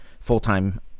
full-time